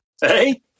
Hey